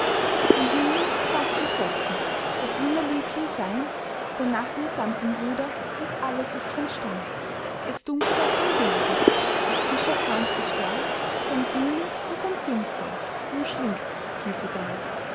den jüngling faßt entsetzen das wunderliebchen sein der nachen samt dem ruder und alles ist von stein es dunkelt auf den bergen des fischerkahn's gestalt samt jüngling und samt jungfrau umschlingt die tiefe bald